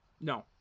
No